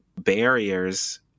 barriers